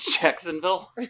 Jacksonville